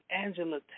Angela